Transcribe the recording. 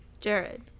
Jared